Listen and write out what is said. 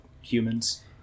humans